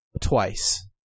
twice